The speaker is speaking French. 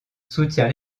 soutient